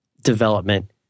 development